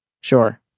Sure